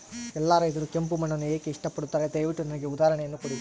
ಎಲ್ಲಾ ರೈತರು ಕೆಂಪು ಮಣ್ಣನ್ನು ಏಕೆ ಇಷ್ಟಪಡುತ್ತಾರೆ ದಯವಿಟ್ಟು ನನಗೆ ಉದಾಹರಣೆಯನ್ನ ಕೊಡಿ?